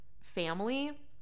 family